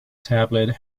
tablet